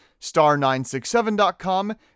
star967.com